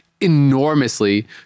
enormously